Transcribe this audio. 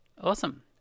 Awesome